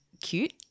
cute